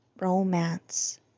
romance